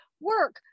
work